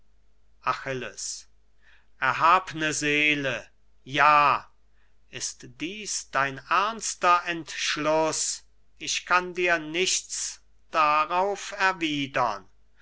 achilles erhabne seele ja ist dies dein ernster entschluß ich kann dir nichts darauf erwiedern